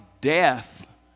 death